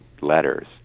letters